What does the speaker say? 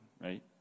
right